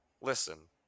listen